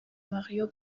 mario